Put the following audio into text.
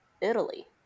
italy